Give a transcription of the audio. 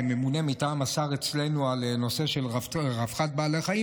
כממונה מטעם השר אצלנו על הנושא של רווחת בעלי חיים,